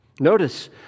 Notice